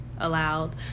allowed